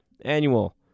annual